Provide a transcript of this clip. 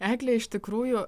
egle iš tikrųjų